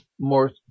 more